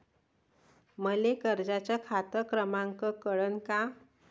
मले कर्जाचा खात क्रमांक कळन का?